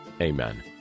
Amen